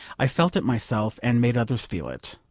i felt it myself, and made others feel it.